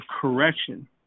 correction